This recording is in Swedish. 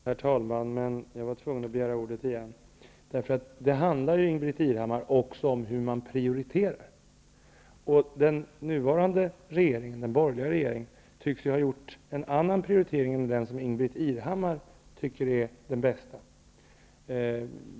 Herr talman! Jag var tvungen att begära ordet igen. Det handlar också om hur man prioriterar. Den nuvarande borgerliga regeringen tycks ha gjort en annan prioritering än den som Ingbritt Irhammar anser vara den rätta.